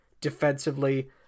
defensively